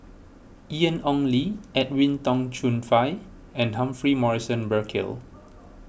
Ian Ong Li Edwin Tong Chun Fai and Humphrey Morrison Burkill